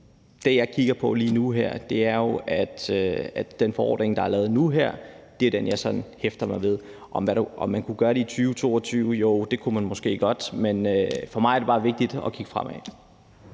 det, jeg kigger på lige nu, er den forordning, der er lavet, og det er den, jeg sådan hæfter mig ved. Kunne man gøre det i 2022? Jo, det kunne man måske godt, men for mig er det bare vigtigt at kigge fremad.